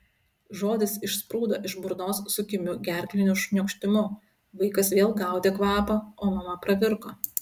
žodis išsprūdo iš burnos su kimiu gerkliniu šniokštimu vaikas vėl gaudė kvapą o mama pravirko